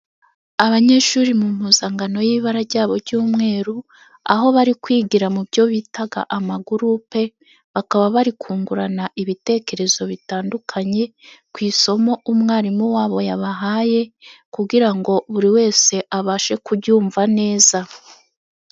Abanyeshuri mu mpuzankano y'ibara ryabo ry'umweru, aho bari kwigira mu byo bita amagurupe, bakaba bari kungurana ibitekerezo bitandukanye, ku isomo umwarimu wabo yabahaye, kugira ngo buri wese abashe kuryumva neza.